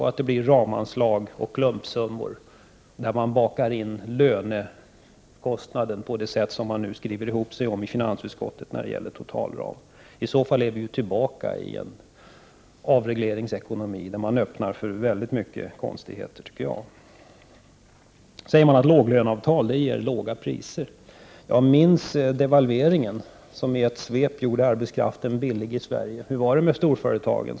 Blir det ramanslag och klumpsummor, där man bakar in lönekostnaden på det sätt som man nu skriver ihop sig om i finansutskottet när det gäller totalram? I så fall är vi ju tillbaka i en avregleringsekonomi, där man enligt min uppfattning öppnar för väldigt mycket konstigheter. Man säger att låglöneavtal ger låga priser. Jag minns devalveringen, som i ett svep gjorde arbetskraften billig i Sverige. Hur var det med storföretagen?